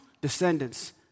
descendants